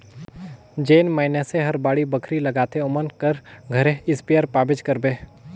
जेन मइनसे हर बाड़ी बखरी लगाथे ओमन कर घरे इस्पेयर पाबेच करबे